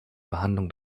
behandlung